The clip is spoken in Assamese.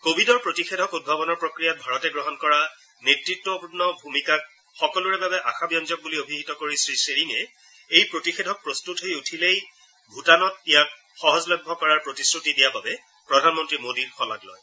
ক'ভিডৰ প্ৰতিষেধক উদ্ভাৱনৰ প্ৰক্ৰিয়াত ভাৰতে গ্ৰহণ কৰা নেতৃত্বপূৰ্ণ ভূমিকাক সকলোৰে বাবে আশাব্যঞ্জক বুলি অভিহিত কৰি শ্ৰীশ্বেৰিঙে এই প্ৰতিষেধক প্ৰস্তত হৈ উঠিলেই ভূটানত ইয়াক সহজলভ্য কৰাৰ প্ৰতিশ্ৰুতি দিয়া বাবে প্ৰধানমন্ত্ৰী মোদীৰ শলাগ লয়